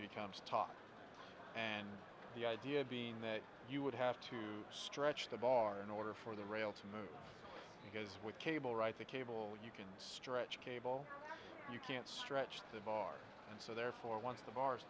becomes talk and the idea being that you would have to stretch the bar in order for the rail to move because with cable right the cable you can stretch cable you can't stretch the valar and so therefore once the bar